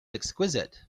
exquisite